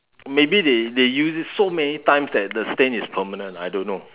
maybe they they use it so many times that the stain is permanent I don't know